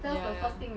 ya ya